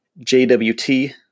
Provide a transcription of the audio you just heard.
JWT